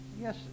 yes